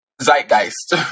Zeitgeist